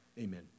Amen